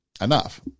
enough